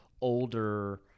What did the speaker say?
older